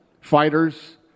fighters